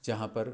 जहाँ पर